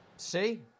See